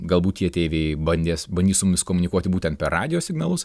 galbūt tie ateiviai bandė bandys su mumis komunikuoti būtent per radijo signalus